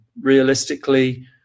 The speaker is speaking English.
realistically